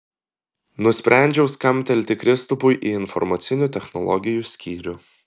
nusprendžiau skambtelti kristupui į informacinių technologijų skyrių